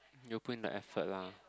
you put in the effort lah